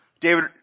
David